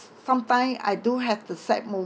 sometime I do have the sad moment